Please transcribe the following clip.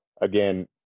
again